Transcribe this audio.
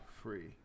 Free